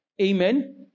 Amen